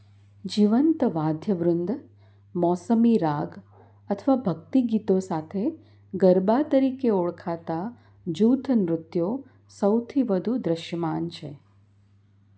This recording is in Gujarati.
જીવંત વાદ્ય વૃંદ મોસમી રાગ અથવા ભક્તિ ગીતો સાથે ગરબા તરીકે ઓળખાતા જૂથ નૃત્યો સૌથી વધુ દૃશ્યમાન છે